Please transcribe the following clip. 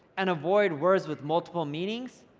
and avoid words with multiple meanings.